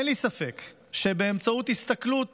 אין לי ספק שבאמצעות הסתכלות